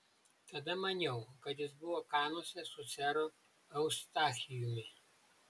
tada maniau kad jis buvo kanuose su seru eustachijumi